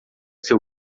seu